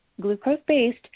glucose-based